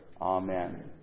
Amen